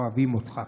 אוהבים אותך.